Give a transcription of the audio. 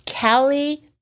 Callie